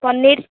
paneer